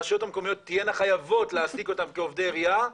הרשויות המקומיות תהיינה חייבות להעסיקם כעובדי עירייה,